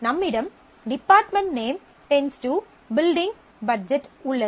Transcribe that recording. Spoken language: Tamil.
நம்மிடம் டிபார்ட்மென்ட் நேம் → பில்டிங் பட்ஜெட் உள்ளது